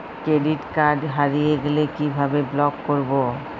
Credit card হারিয়ে গেলে কি ভাবে ব্লক করবো?